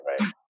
right